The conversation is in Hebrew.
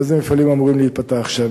איזה מפעלים אמורים להיפתח שם.